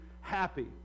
happy